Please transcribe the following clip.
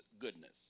goodness